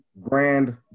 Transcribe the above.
grand